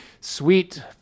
Sweet